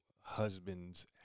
husbands